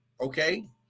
okay